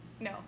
No